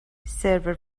server